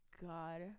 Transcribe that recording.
God